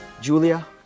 Julia